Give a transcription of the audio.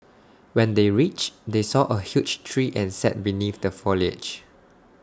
when they reached they saw A huge tree and sat beneath the foliage